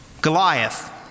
Goliath